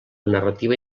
narrativa